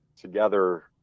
together